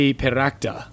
peracta